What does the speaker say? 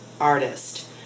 artist